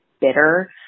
bitter